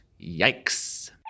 Yikes